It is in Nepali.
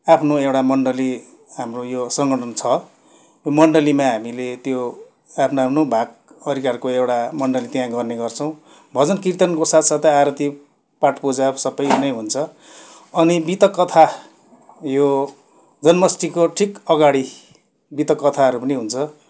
आफ्नो एउटा मन्डली हाम्रो यो सङ्गठन छ यो मन्डलीमा हामीले त्यो आफ्नो आफ्नो भाग परिकारको एउटा मन्डली त्यहाँ गर्ने गर्छौँ भजन कीर्तनको साथसाथै आरती पाठपूजा सबै नै हुन्छ अनि मितक कथा यो जन्माष्टमीको ठिक अगाडि मिथक कथाहरू पनि हुन्छ